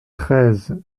treize